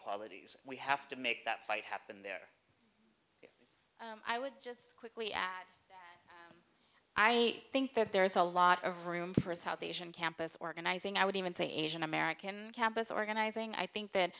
inequalities we have to make that fight happen there i would just quickly add i think that there is a lot of room for south asian campus organizing i would even say asian american campus organizing i think th